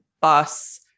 bus